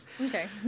Okay